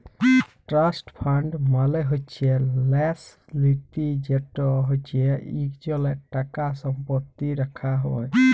trust fund মালে হছে ল্যাস লিতি যেট হছে ইকজলের টাকা সম্পত্তি রাখা হ্যয়